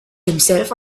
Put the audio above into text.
himself